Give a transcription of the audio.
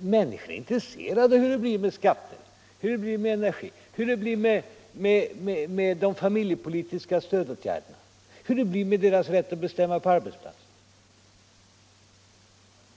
Människorna är intresserade av hur det blir med skatterna, hur det blir med energin, hur det blir med de familjepolitiska stödåtgärderna, hur det blir med deras rätt att bestämma på arbetsplatserna.